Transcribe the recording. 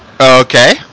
Okay